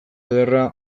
ederra